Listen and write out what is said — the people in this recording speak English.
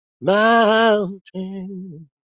mountain